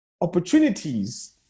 opportunities